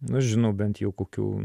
nu aš žinau bent jau kokių